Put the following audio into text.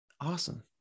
Awesome